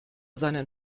seinen